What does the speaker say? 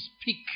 speak